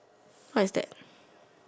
what is that